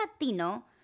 Latino